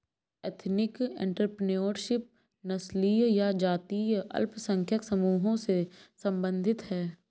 ethnic entrepreneurship नस्लीय या जातीय अल्पसंख्यक समूहों से संबंधित हैं